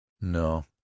No